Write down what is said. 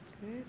good